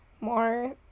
more